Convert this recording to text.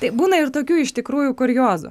tai būna ir tokių iš tikrųjų kuriozų